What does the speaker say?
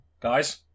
guys